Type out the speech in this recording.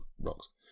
rocks